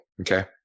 okay